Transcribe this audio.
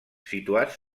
situats